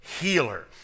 healer